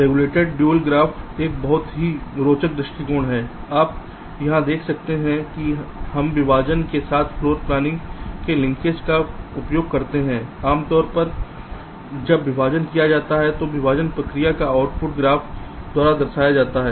rectangular dual graph approach यह बहुत ही रोचक दृष्टिकोण है आप यहां देख सकते हैं कि हम विभाजन के साथ फ्लोर प्लॉनिंग के लिंकेज का उपयोग करते हैं आमतौर पर जब विभाजन किया जाता है तो विभाजन प्रक्रिया का आउटपुट ग्राफ द्वारा दर्शाया जाता है